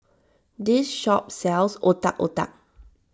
this shop sells Otak Otak